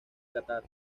catar